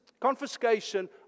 confiscation